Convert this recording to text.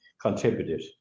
contributed